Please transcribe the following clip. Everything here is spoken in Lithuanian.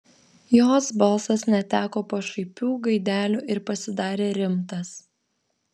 jos balsas neteko pašaipių gaidelių ir pasidarė rimtas